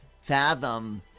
fathom